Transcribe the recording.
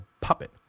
puppet